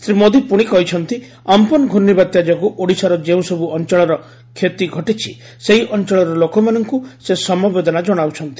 ଶ୍ରୀ ମୋଦୀ ପୁଣି କହିଛନ୍ତି ଅମ୍ପନ୍ ଘୂର୍ଣ୍ଣିବାତ୍ୟା ଯୋଗୁଁ ଓଡ଼ିଶାର ଯେଉଁସବୁ ଅଞ୍ଚଳର କ୍ଷତି ଘଟିଛି ସେହି ଅଞ୍ଚଳର ଲୋକମାନଙ୍କୁ ସେ ସମବେଦନା ଜଣାଉଛନ୍ତି